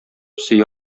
сөя